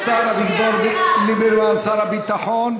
תודה לשר אביגדור ליברמן, שר הביטחון.